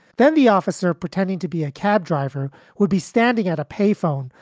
then the officer pretending to be a cab driver would be standing at a payphone,